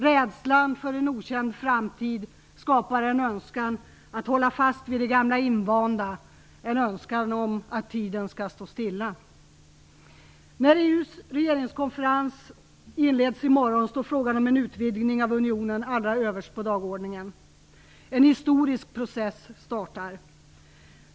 Rädslan för en okänd framtid skapar en önskan att hålla fast vid det gamla invanda, en önskan om att tiden skall stå stilla. När EU:s regeringskonferens inleds i morgon står frågan om en utvidgning av unionen allra överst på dagordningen. En historisk process startar.